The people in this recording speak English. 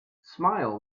smile